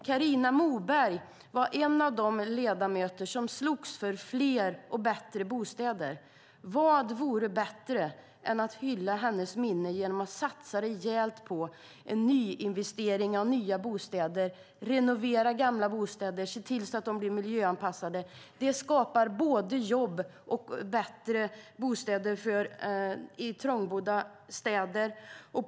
Carina Moberg var en av de ledamöter som slogs för fler och bättre bostäder. Vad vore bättre än att hylla hennes minne genom att satsa rejält på en nyinvestering i nya bostäder och att renovera gamla bostäder och se till att de blir miljöanpassade! Det skapar både jobb och bättre bostäder i städer där det finns trångboddhet.